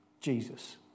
Jesus